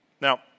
Now